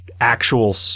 actual